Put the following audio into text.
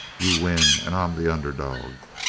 you win and i'm the underdog.